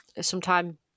sometime